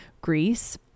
greece